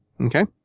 Okay